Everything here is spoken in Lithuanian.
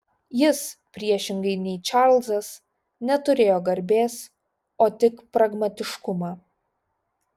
jis priešingai nei čarlzas neturėjo garbės o tik pragmatiškumą